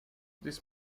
this